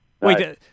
wait